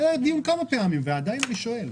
היה דיון כבר כמה פעמים ועדיין אני שואל.